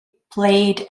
played